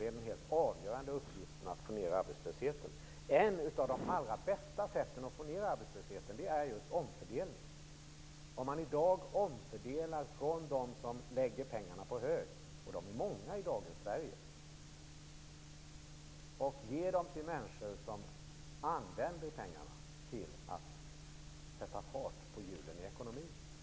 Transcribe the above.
Det är den helt avgörande uppgiften att få ned den, och ett av de allra bästa sätten att göra det är just omfördelning. Man borde omfördela resurser från dem som lägger pengarna på hög - och de är många i dagens Sverige - och ge till människor som använder pengarna till att sätta fart på hjulen i ekonomin.